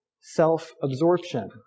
self-absorption